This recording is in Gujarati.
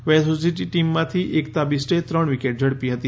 વેલોસીટી ટીમમાંથી એકતા બિસ્ટે ત્રણ વિકેટ ઝડપી હતી